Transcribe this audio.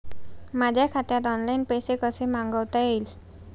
माझ्या खात्यात ऑनलाइन पैसे कसे मागवता येतील?